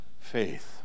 faith